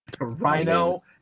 Rhino